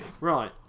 Right